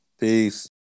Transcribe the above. Peace